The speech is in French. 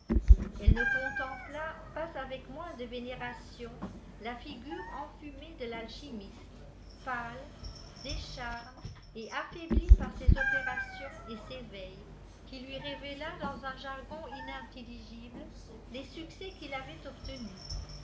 elle ne contempla pas avec moins de vénération la figure enfumée de l'alchimiste pâle décharné et affaibli par ses opérations et ses veilles qui lui révéla dans un jargon inintelligible les siiccès qu'il avait obtenus